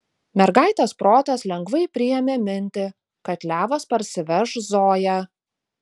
mergaitės protas lengvai priėmė mintį kad levas parsiveš zoją